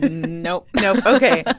ah nope nope ok but